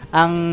ang